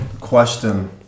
question